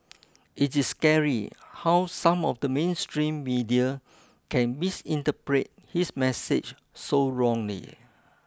it is scary how some of the mainstream media can misinterpret his message so wrongly